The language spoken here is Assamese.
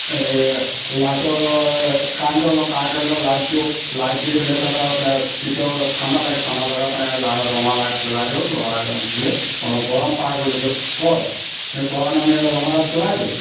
লাইটৰ কাৰেণ্টৰ লওঁ কাৰেণ্টৰ লৈ লাইট দিওঁ লাইট দি পেলাই চাদৰ কেতিয়াবা ঠাণ্ডা লাগে ঠাণ্ডা লাগে কাৰণে ৰঙা লাইট জ্বলাই দিওঁ ৰঙা লাইট দিলে অলপ গৰম পায় বুলি কয় কোৱা কাৰণে আমি ৰঙা লাইট জ্বলাই দিওঁ